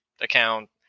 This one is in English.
account